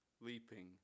leaping